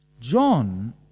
John